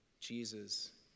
Jesus